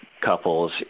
couples